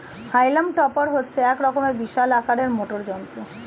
হাইলাম টপার হচ্ছে এক রকমের বিশাল আকারের মোটর যন্ত্র